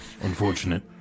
Unfortunate